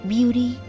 Beauty